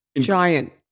giant